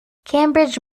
cambridge